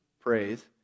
praise